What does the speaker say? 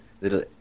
little